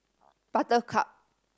buttercup